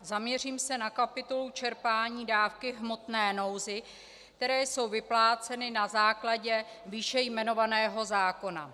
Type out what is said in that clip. Zaměřím se na kapitolu čerpání dávky v hmotné nouzi, které jsou vypláceny na základě výše jmenovaného zákona.